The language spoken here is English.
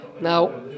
Now